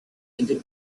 tinted